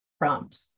prompt